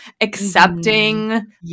accepting